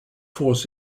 force